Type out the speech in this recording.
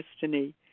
destiny